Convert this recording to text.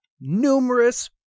numerous